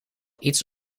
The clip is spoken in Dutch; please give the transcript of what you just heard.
iets